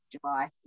July